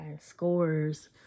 scores